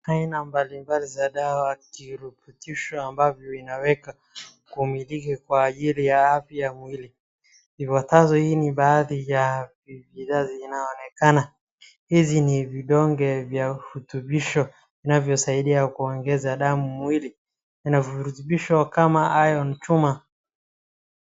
Aina mbalimbali za dawa, virutubisho ambayo inawekwa kumiliki kwa ajili ya afya ya mwili, ifuatazo hii ni baadhi ya bidhaa zinaonekana, hizi ni vidonge vya hutubisho vinavyosaidia kuongeza damu mwili, ina virutubisho kama iron chuma.